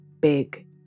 big